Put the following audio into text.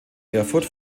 erfurt